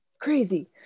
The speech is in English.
crazy